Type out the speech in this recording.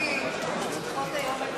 האם אדוני השר יסכים לדחות היום את